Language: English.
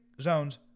zones